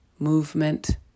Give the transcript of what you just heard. movement